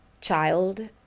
child